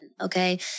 Okay